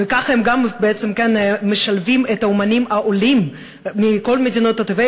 וככה הם גם בעצם משלבים את האמנים העולים מכל מדינות תבל,